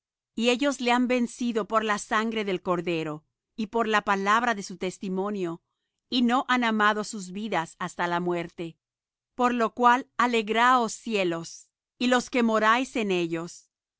y ellos le han vencido por la sangre del cordero y por la palabra de su testimonio y no han amado sus vidas hasta la muerte por lo cual alegraos cielos y los que moráis en ellos